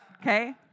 okay